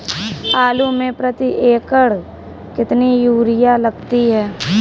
आलू में प्रति एकण कितनी यूरिया लगती है?